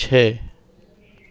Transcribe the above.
छः